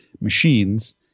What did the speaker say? machines